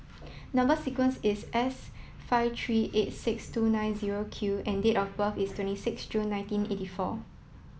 number sequence is S five three eight six two nine zero Q and date of birth is twenty six June nineteen eighty four